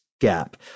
gap